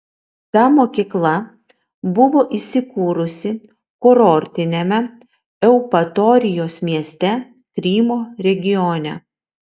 ta mokykla buvo įsikūrusi kurortiniame eupatorijos mieste krymo regione